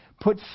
put